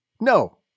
No